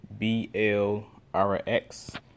BLRX